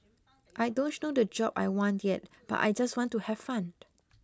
I don't know the job I want yet but I just want to have fun